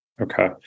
Okay